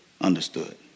understood